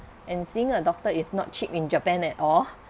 and seeing a doctor is not cheap in japan at all